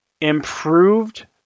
improved